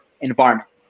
environment